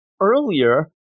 earlier